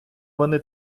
вони